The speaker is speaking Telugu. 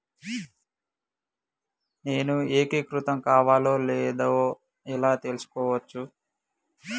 నేను ఏకీకృతం కావాలో లేదో ఎలా తెలుసుకోవచ్చు?